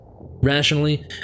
Rationally